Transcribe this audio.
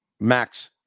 Max